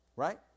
Right